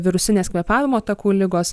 virusinės kvėpavimo takų ligos